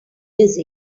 dizzy